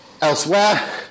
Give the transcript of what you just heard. Elsewhere